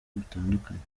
butandukanye